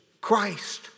Christ